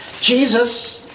Jesus